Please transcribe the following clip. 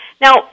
Now